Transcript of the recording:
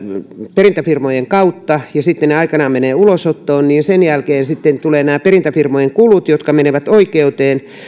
perintäfirmojen kautta ja sitten ne aikanaan menevät ulosottoon ja sen jälkeen sitten tulevat nämä perintäfirmojen kulut jotka menevät oikeuteen